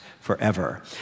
forever